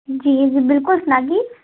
जी बिलकुल सनागी